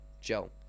Joe